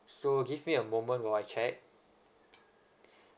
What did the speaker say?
so give me a moment while I check